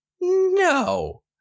No